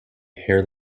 hair